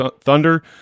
Thunder